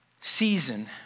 season